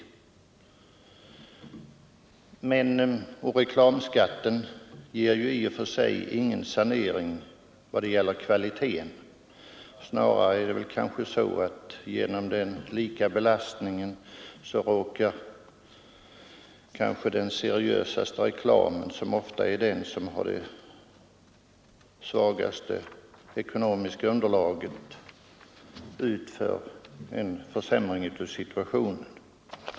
Reklamskatten ger inte heller någon sanering i vad gäller kvaliteten. Snarare är det väl kanske så att genom denna lika belastning råkar kanske den seriösaste reklamen, som ofta är den som har det svagaste ekonomiska underlaget, ut för en försämring av situationen.